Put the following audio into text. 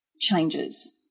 changes